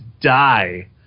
die